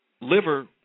liver